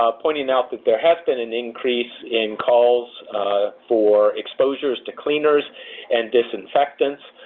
ah pointing out that there has been an increase in calls for exposures to cleaners and disinfectants.